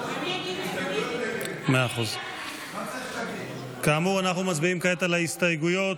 כאמור אנחנו מצביעים כעת על ההסתייגויות.